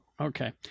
okay